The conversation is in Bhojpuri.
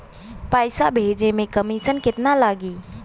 पैसा भेजे में कमिशन केतना लागि?